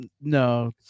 No